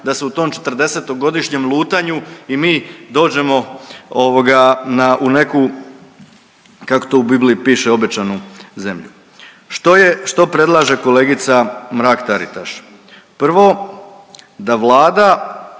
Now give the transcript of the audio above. da se u tom 40-godišnjem lutanju i mi dođemo ovoga na, u neku, kako to u Bibliji piše, obećanu zemlju. Što je, što predlaže kolegica Mrak-Taritš? Prvo, da Vlada